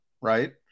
right